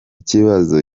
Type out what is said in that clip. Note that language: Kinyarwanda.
kibazo